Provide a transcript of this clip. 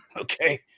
Okay